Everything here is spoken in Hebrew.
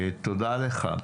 תודה לך.